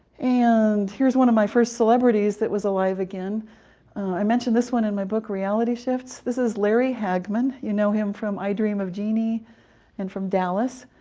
and here's one of my first celebrities who was alive again i mentioned this one in my book, reality shifts. this is larry hagman. you know him from i dream of jeannie and from dallas.